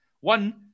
One